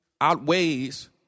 outweighs